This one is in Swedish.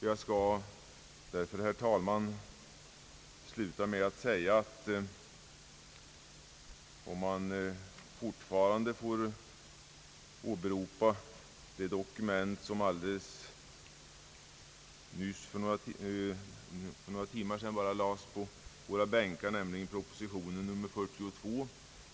Jag skall därför, herr talman, sluta med att hänvisa till den proposition som bara för några timmar sedan lades på våra bänkar, nämligen nr 42.